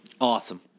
Awesome